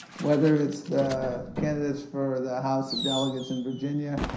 whether it's the candidates for the house of delegates in virginia,